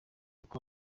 uko